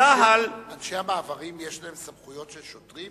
צה"ל, אנשי המעברים, יש להם סמכויות של שוטרים?